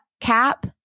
cap